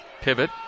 pivot